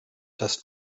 das